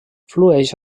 flueix